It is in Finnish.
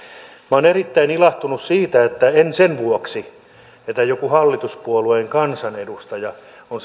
olen erittäin ilahtunut en sen vuoksi että joku hallituspuolueen kansanedustaja on samaa mieltä